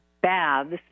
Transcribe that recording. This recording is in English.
baths